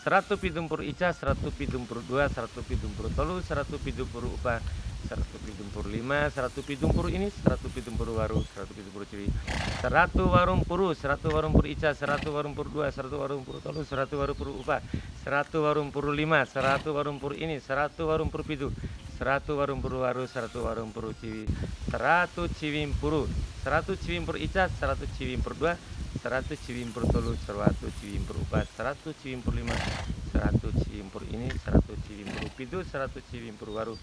Seratu pidumpuru ica, seratu pidumpuru dua, seratu pidumpuru tolu, seratu pidumpuru upa, seratu pindumpuru lima, seratu pidumpuru ini, seratu pidumpuru pidu, seratu pidumpuru waru, seratu pidumpuru ciwi, seratu warumpuru, seratu warumpuru ica, seratu warumpuru dua, seratu warumpuru tolu, seratu warumpuru upa, seratu warumpuru lima, seratu warumpuru ini, seratu warumpuru pidu, seratu warumpuru waru, seratu warumpuru ciwi, seratu ciwimpuru, seratu ciwimpuru ica, seratu ciwimpuru dua, seratu ciwimpuru tolu, seratu ciwimpuru upa, seratu ciwimpuru lima, seratu ciwimpuru ini, seratu ciwimpuru pidu, seratu ciwimpuru waru,